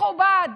מכובד.